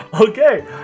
Okay